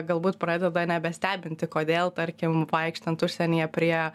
galbūt pradeda nebestebinti kodėl tarkim vaikštant užsienyje prie